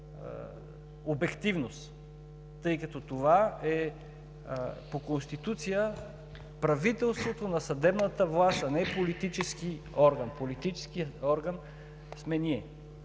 обективност, тъй като това по Конституция е правителството на съдебната власт, а не политически орган. Политическият орган сме ние.